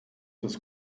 des